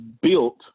built